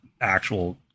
actual